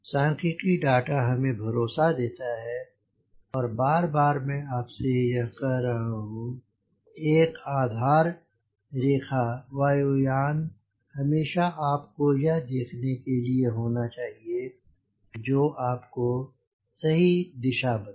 सांख्यिकी डाटा हमें भरोसा देता है और बार बार मैं आप से कह रहा हूँ कि एक आधार रेखा वायु यान हमेशा आपके यह देखने के लिए होना चाहिए जो आपको सही दिशा बताए